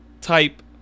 type